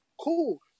cool